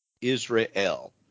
Israel